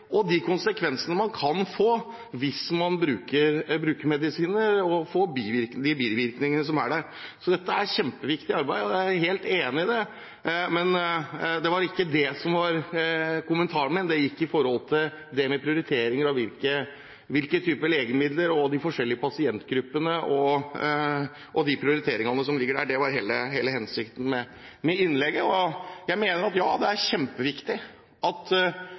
og om de konsekvensene det kan få hvis man bruker medisiner, og bivirkningene av dem. Så dette er et kjempeviktig arbeid, og jeg er helt enig i det. Men det var ikke det som var kommentaren min. Den dreide seg om det med prioriteringer av typer legemidler og forskjellige pasientgrupper – de prioriteringene som ligger der, var hele hensikten med innlegget. Jeg mener at ja, det er kjempeviktig at